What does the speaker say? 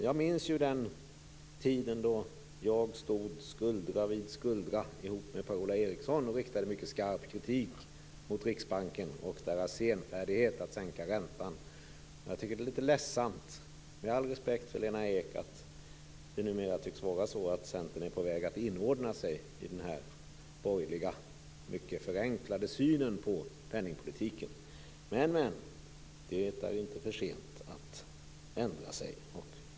Jag minns ju den tiden då jag stod skuldra vid skuldra med Per-Ola Eriksson och riktade mycket skarp kritik mot Riksbanken och dess senfärdighet med att sänka räntan. Men jag tycker att det är lite ledsamt, med all respekt för Lena Ek, att det numera tycks vara så att Centern är på väg att inordna sig i den borgerliga, mycket förenklade synen på penningpolitiken. Men, men - det är inte för sent att ändra sig.